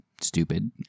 stupid